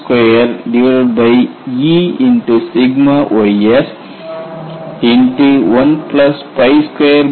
K12Eys1224ys2